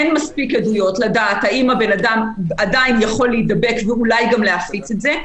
אין מספיק עדויות לדעת אם הבן-אדם יכול להידבק ואולי גם להפיץ את זה.